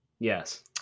Yes